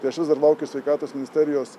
tai aš vis dar laukiu sveikatos ministerijos